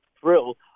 thrill